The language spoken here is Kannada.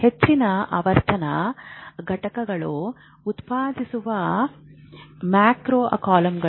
ಹೆಚ್ಚಿನ ಆವರ್ತನ ಘಟಕಗಳನ್ನು ಉತ್ಪಾದಿಸುವ ಮ್ಯಾಕ್ರೋ ಕಾಲಮ್ಗಳು